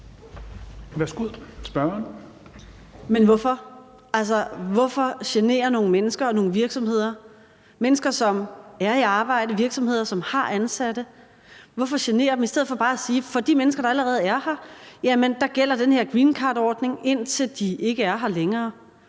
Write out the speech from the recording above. Men hvorfor? Altså, hvorfor genere nogle mennesker og nogle virksomheder – mennesker, som er i arbejde, og virksomheder, som har ansatte? Hvorfor genere dem i stedet for bare at sige, at for de mennesker, der allerede er her, gælder den her greencardordning, indtil de ikke er her længere,